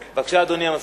בבקשה, אדוני המזכיר.